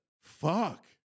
Fuck